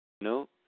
No